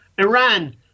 Iran